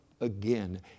again